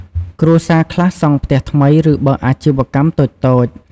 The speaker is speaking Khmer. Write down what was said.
គ្រួសារខ្លះសង់ផ្ទះថ្មី ឬបើកអាជីវកម្មតូចៗ។